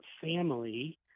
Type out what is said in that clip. family